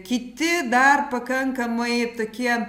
kiti dar pakankamai tokie